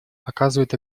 оказывают